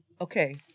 Okay